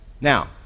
Now